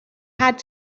had